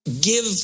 give